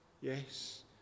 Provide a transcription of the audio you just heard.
yes